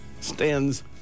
stands